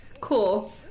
cool